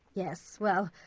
yes. well.